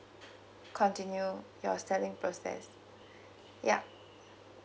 continue your selling process yup